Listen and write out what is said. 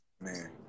man